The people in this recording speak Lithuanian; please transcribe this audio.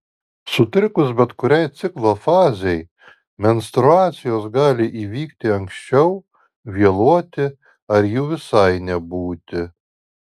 sutrikus bet kuriai ciklo fazei menstruacijos gali įvykti anksčiau vėluoti ar jų visai nebūti